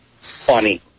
Funny